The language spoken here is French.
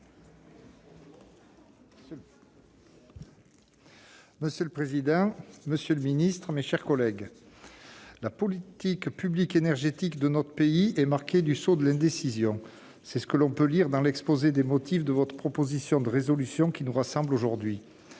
Monsieur le président, monsieur le ministre, mes chers collègues, « la politique publique énergétique de notre pays est marquée du sceau de l'indécision ». C'est ce que l'on peut lire dans l'exposé des motifs de la proposition de résolution qui nous rassemble aujourd'hui.